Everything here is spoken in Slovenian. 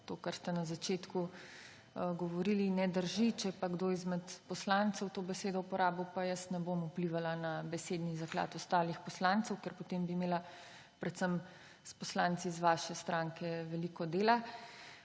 to, kar ste na začetku govorili, ne drži. Če je pa kdo izmed poslancev to besedo uporabil, pa jaz ne bom vplivala na besedni zaklad ostalih poslancev, ker potem bi imela predvsem s poslanci iz vaše stranke veliko dela.